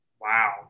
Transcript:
Wow